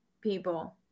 people